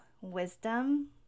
wisdom